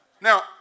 Now